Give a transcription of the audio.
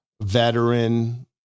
veteran